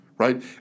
right